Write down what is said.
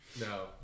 No